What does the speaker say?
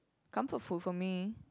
comfort food for me